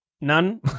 none